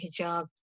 hijab